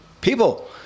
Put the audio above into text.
people